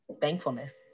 thankfulness